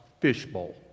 fishbowl